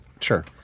Sure